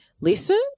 Lisa